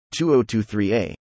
2023a